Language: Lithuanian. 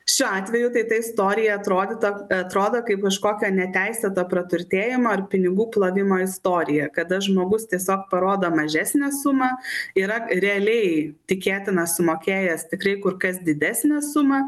šiuo atveju tai ta istorija atrodytų atrodo kaip kažkokia neteisėto praturtėjimo ar pinigų plovimo istorija kada žmogus tiesiog parodo mažesnę sumą yra realiai tikėtina sumokėjęs tikrai kur kas didesnę sumą